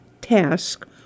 task